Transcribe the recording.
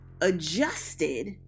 adjusted